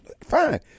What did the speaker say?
fine